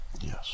Yes